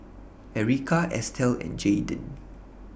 Erika Estel and Jaidyn